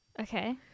Okay